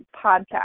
podcast